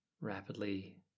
rapidly